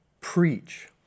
preach